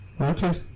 Okay